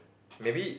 maybe